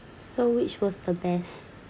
so which was the best